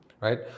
right